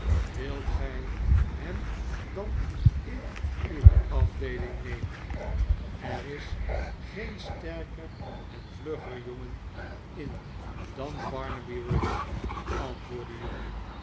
wilt gij hem dan in uwe afdeeling nemen er is geen sterker en vlugger jongen in dan barnaby rudge antwoordde hugh